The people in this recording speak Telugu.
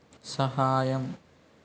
సహాయం